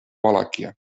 valàquia